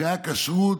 הכשרות,